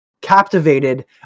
captivated